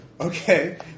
Okay